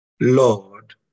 Lord